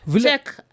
Check